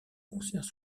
concerts